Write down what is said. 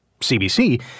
CBC